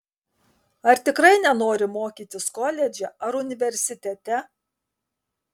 ar tikrai nenori mokytis koledže ar universitete